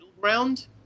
ground